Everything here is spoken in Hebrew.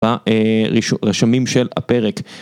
ברשמים של הפרק.